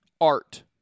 art